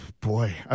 Boy